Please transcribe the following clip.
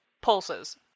pulses